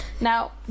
now